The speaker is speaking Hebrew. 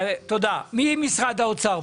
תודה, משרד האוצר.